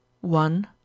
one